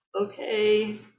okay